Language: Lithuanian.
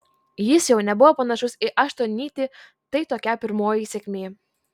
jis jau nebuvo panašus į aštuonnytį tai tokia pirmoji sėkmė